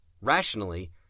Rationally